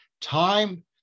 Time